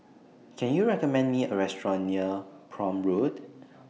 Can YOU recommend Me A Restaurant near Prome Road